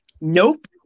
Nope